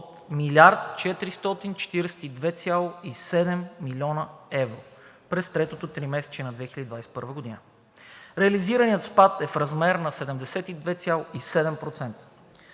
и 442,7 млн. евро през третото тримесечие на 2021 г. Реализираният спад е в размер на 72,7%.